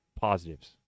positives